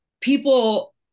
people